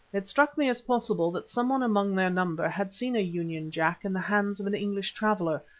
it struck me as possible that someone among their number had seen a union jack in the hands of an english traveller,